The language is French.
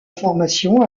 formation